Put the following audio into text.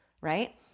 right